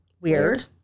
Weird